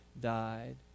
died